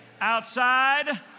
outside